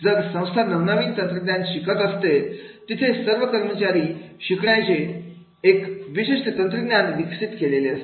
जर संस्था नवनवीन तंत्रज्ञान शिकत असते तिथे सर्व कर्मचाऱ्यांनी शिकण्याचे एक विशिष्ट तंत्रज्ञान विकसित केलेले असते